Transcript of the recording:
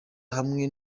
hamwe